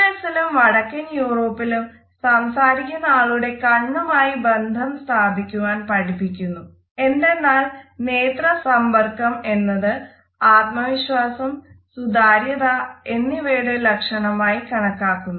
എസിലും വടക്കൻ യൂറോപ്പിലും സംസാരിക്കുന്ന ആളുടെ കണ്ണുമായി ബന്ധം സ്ഥാപിക്കുവാൻ പഠിപ്പിക്കുന്നു എന്തെന്നാൽ നേത്ര സമ്പർക്കം എന്നത് ആത്മവിശ്വാസം സുതാര്യത എന്നിവയുടെ ലക്ഷണമായി കണക്കാക്കുന്നു